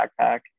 backpack